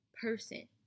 person